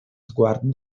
sguardo